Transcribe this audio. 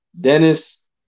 Dennis